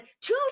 two